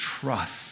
trust